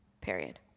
period